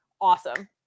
awesome